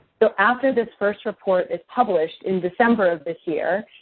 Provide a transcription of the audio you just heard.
so, after this first report is published in december of this year,